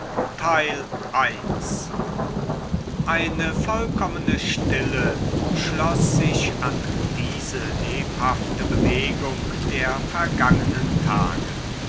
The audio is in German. eine vollkommene stille schloß sich an diese lebhafte bewegung der vergangenen tage